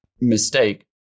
mistake